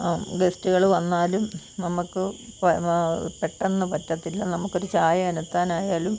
ഗസ്റ്റുകൾ വന്നാലും നമുക്ക് പെട്ടെന്ന് പറ്റത്തില്ല നമുക്കൊരു ചായ അനത്താനായാലും